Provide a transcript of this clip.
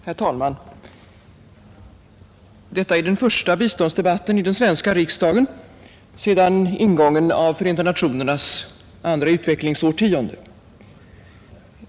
Herr talman! Detta är den första biståndsdebatten i den svenska riksdagen sedan ingången av Förenta nationernas andra utvecklingsårtionde.